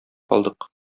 калдык